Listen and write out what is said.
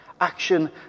Action